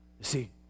see